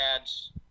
ads